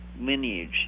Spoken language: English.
lineage